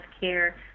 care